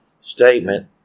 statement